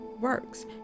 works